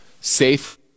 safe